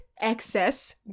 excess